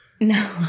No